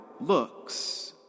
looks